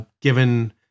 given